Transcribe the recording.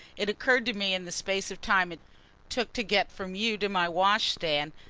it occurred to me in the space of time it took to get from you to my wash-stand,